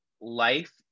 life